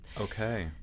Okay